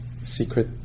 secret